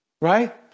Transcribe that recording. Right